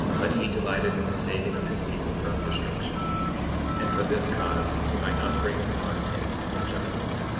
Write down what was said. but he delighted in the saving of his people from destruction and for this cause he might not bring upon him injustice,